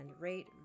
rate